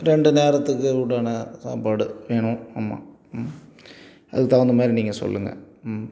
ரெண்டு நேரத்துக்கு உண்டான சாப்பாடு வேணும் ஆமாம் ம் அதுக்கு தகுந்த மாதிரி நீங்கள் சொல்லுங்கள் ம்